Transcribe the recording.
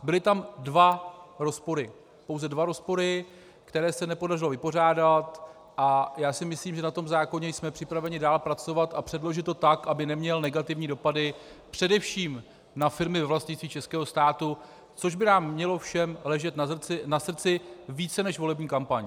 Byly tam dva rozpory, pouze dva rozpory, které se nepodařilo vypořádat, a já si myslím, že na tom zákoně jsme připraveni dál pracovat a předložit to tak, aby neměl negativní dopady především na firmy ve vlastnictví českého státu, což by nám všem mělo ležet na srdci více než volební kampaň.